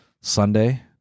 Sunday